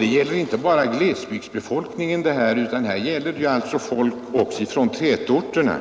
Detta angår inte bara glesbygdsbefolkningen, utan detta gäller också folk från tätorterna.